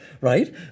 right